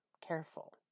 careful